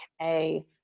okay